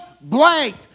blank